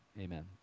Amen